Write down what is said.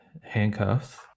handcuffs